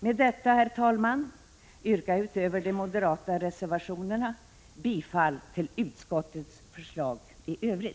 Med detta, herr talman, yrkar jag bifall till de moderata reservationerna och i övrigt till utskottets förslag.